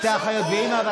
שתי אחיות ואימא,